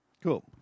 Cool